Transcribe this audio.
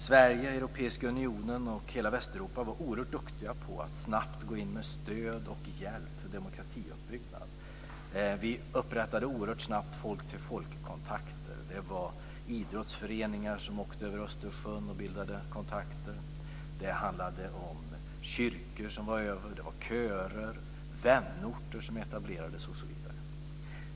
Sverige, Europeiska unionen och hela Västeuropa var oerhört duktiga på att snabbt gå in med stöd och hjälp för demokratiuppbyggnad. Vi upprättade snabbt folk-till-folk-kontakter. Det var idrottsföreningar som åkte över Östersjön och skapade kontakter. Det handlade om kyrkor som åkte över. Det var körer. Vänorter etablerades osv.